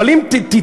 אבל אם תתעמק,